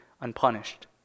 unpunished